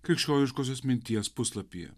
krikščioniškosios minties puslapyje